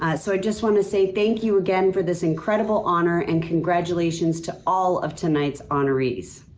i so just want to say thank you again for this incredible honour, and congratulations to all of tonight's honourees.